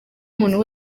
umuntu